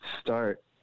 start